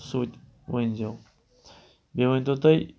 سُہ تہِ ؤنۍزیو بیٚیہِ ؤنۍتو تُہۍ